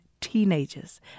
teenagers